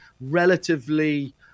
relatively